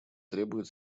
требует